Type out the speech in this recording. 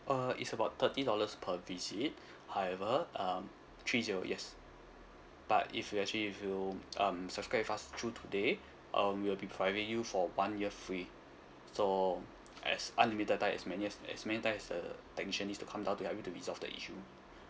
uh it's about thirty dollars per visit however um three zero yes but if you actually if you um subscribe with us through today um we'll be providing you for one year free so as unlimited time as many as as many times as the technician is to come down to help you to resolve the issue